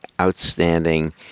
outstanding